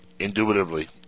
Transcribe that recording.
Indubitably